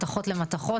מתכות למתכות,